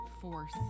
force